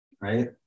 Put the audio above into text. right